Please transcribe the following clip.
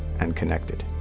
and connected.